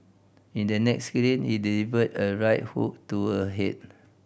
in the next scene he delivers a right hook to her head